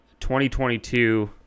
2022